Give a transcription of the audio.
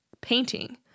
painting